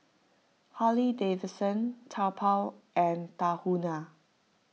Harley Davidson Taobao and Tahuna